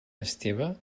esteve